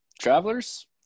travelers